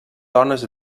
dones